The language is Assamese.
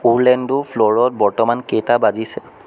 ওৰ্লেণ্ডো ফ্ল'ৰত বৰ্তমান কেইটা বাজিছে